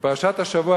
בפרשת השבוע,